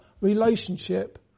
relationship